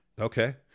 Okay